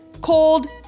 cold